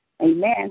Amen